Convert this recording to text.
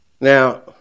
Now